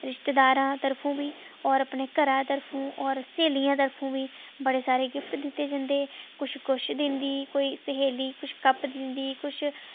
रिश्तेदारें तरफों बी और अपने घरै दे तरफों और स्हेलियें तरफों बी बड़े हारे गिफ्ट दित्ते जंदे किश किश दिंदी कोई स्हेली किश कप्प दिंदी किश